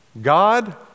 God